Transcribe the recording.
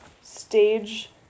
Stage